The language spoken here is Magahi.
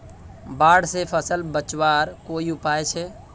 बाढ़ से फसल बचवार कोई उपाय छे?